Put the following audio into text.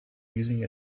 using